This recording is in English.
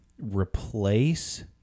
replace